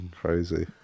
Crazy